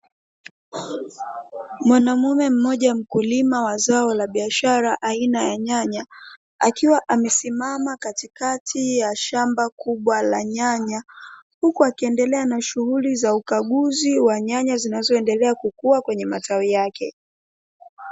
Mwanamume mmoja mkulima wa zao la biashara aina ya nyanya akiwa amesimama katikati ya shamba kubwa la nyanya, huku akiendela na shughuli ya ukaguzi wa nyanya zinazoendela kukua kwenye matawi yake.